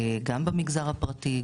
גם במגזר הפרטי,